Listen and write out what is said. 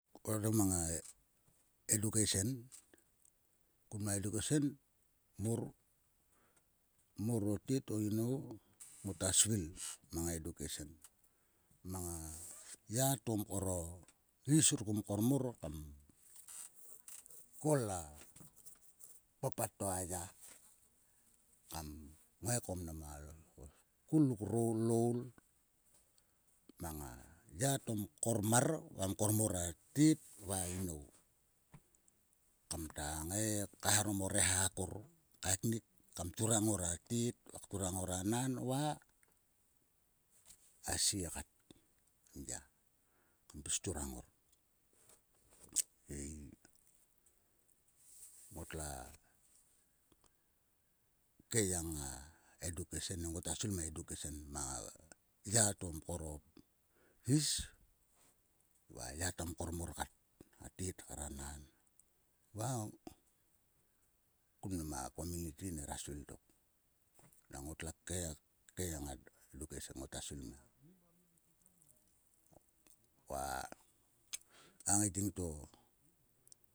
Koare mang a edukeisen. Kun ma edukesen mor. mor o tet o inou. ngota svil mang a edukesen. Mang a ya to mkor o is ruk mkor mor kam kol a papat to a yar. Kam ngaiko mo skul ruk loul mang a ya to mkor mar va mkor mor a tet va a inou. Kamta ngai kaeharom o reha akor kaeknik kturang ngor a tet va kturang a nan va a sie kat kam ya kam pis kturang ngor ei. Ngotla keyang a edukesen e ngota svil mang a edukesen mang a ya to mkor o is va a ya to mkor mor kat a tet kar a nan. Va kun mnam a kominiti nera svil tok nang ngotla keyang a edukesen ngota svil mang. Va a ngaiting to.